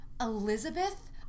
Elizabeth